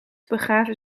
begaven